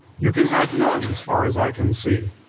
you can have none, as far as i can see.